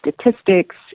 statistics